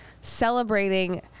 celebrating